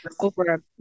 over